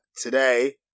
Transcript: Today